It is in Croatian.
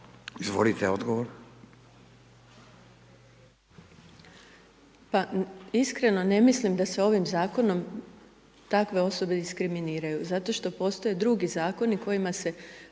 Irena (HDZ)** Pa iskreno, ne mislim da se ovim Zakonom takve osobe diskriminiraju zato što postoje drugi Zakoni kojima se